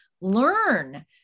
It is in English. learn